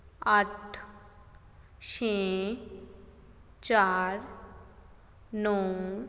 ਅੱਠ ਛੇ ਚਾਰ ਨੌਂ